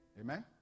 amen